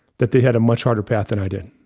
that they had a much harder path. than i did.